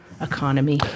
economy